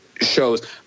shows